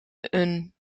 een